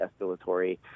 escalatory